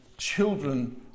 children